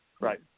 Right